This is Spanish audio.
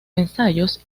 ensayos